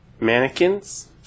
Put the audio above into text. mannequins